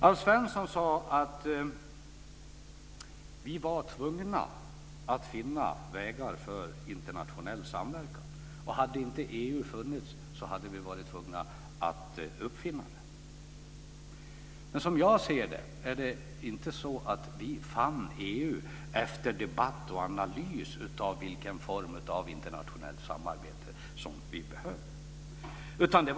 Alf Svensson sade att vi var tvungna att finna vägar för internationell samverkan, och att om inte EU funnits hade vi varit tvungna att uppfinna det. Som jag ser det fann vi inte EU efter debatt och analys av vilken form av internationellt samarbete vi behövde.